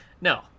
No